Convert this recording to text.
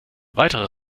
weiterer